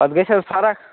اَتھ گژھِ حظ فرق